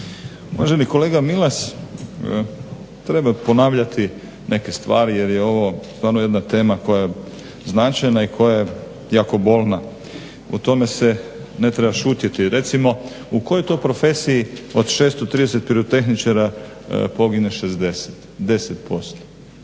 Uvaženi kolega Milas treba ponavljati neke stvari jer je ovo stvarno jedna tema koja je značajna i koja je jako bolna. U tome se ne treba šutjeti. Recimo u kojoj to profesiji od 630 pirotehničara pogine 60, 10%.